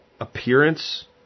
appearance